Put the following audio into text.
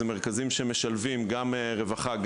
אלה מרכזים שמשלבים גם רווחה,